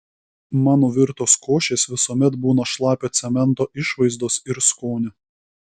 mano virtos košės visuomet būna šlapio cemento išvaizdos ir skonio